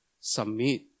submit